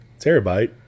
Terabyte